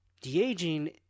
de-aging